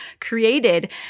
created